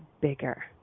bigger